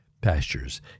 pastures